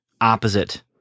opposite